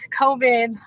COVID